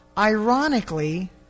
Ironically